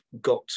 got